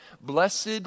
Blessed